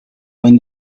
when